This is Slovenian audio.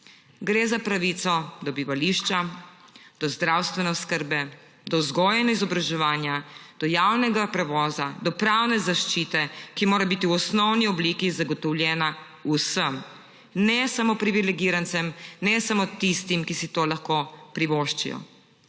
Gre za pravico do bivališča, do zdravstvene oskrbe, do vzgoje in izobraževanja, do javnega prevoza, do pravne zaščite, ki mora biti v osnovni obliki zagotovljena vsem, ne samo privilegirancem, ne samo tistim, ki si to lahko privoščijo.